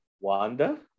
Wanda